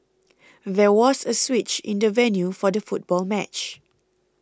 there was a switch in the venue for the football match